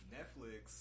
Netflix